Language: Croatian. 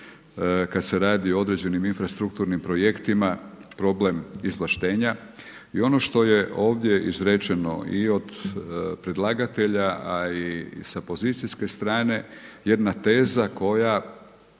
kada se radi o određenim infrastrukturnim projektima, problem izvlaštenja. I ono što je ovdje izrečeno i od predlagatelja a i sa pozicijske strane jedna teza koja